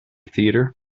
theater